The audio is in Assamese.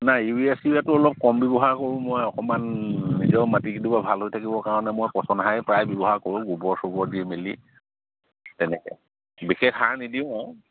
নাই ইউৰিয়া চিউৰিয়াটো অলপ কম ব্যৱহাৰ কৰোঁ মই অকণমান নিজৰ মাটিকেইডোবা ভাল হৈ থাকিবৰ কাৰণে মই পচন সাৰে প্ৰায় ব্যৱহাৰ কৰোঁ গোবৰ চোবৰ দি মেলি তেনেকৈ বিশেষ সাৰ নিদিওঁ আৰু